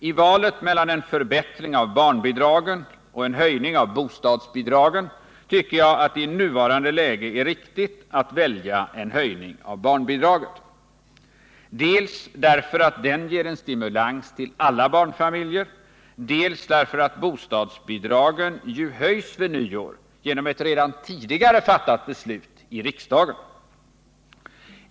I valet mellan en förbättring av barnbidragen och en höjning av bostadsbidragen tycker jag det är riktigt att i nuvarande läge välja en höjning av barnbidraget, dels därför att den ger en stimulans till alla barnfamiljer, dels därför att bostadsbidragen höjs vid nyår genom ett av riksdagen redan tidigare fattat beslut.